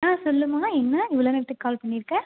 ஆ சொல்லும்மா என்ன இவ்வளோ நேரத்துக்கு கால் பண்ணியிருக்க